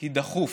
היא "דחוף".